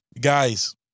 Guys